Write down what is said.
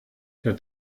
der